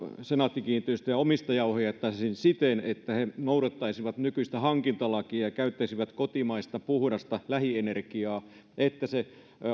senaatti kiinteistöjen omistajia ohjattaisiin siten että he noudattaisivat nykyistä hankintalakia ja käyttäisivät kotimaista puhdasta lähienergiaa niin että se